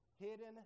Hidden